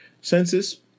census